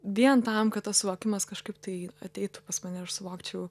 vien tam kad tas suvokimas kažkaip tai ateitų pas mane ir aš suvokčiau